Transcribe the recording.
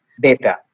data